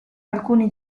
alcuni